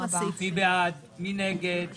מה שהכנסת דרשה פה מהממשלה זה שבשום